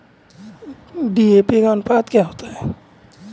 DAP का अनुपात क्या होता है?